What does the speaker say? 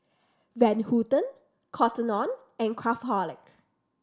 Van Houten Cotton On and Craftholic